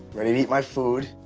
ready to eat my food,